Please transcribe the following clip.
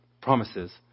promises